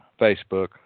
Facebook